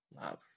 love